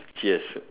cheers